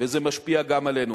וזה משפיע גם עלינו.